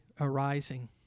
arising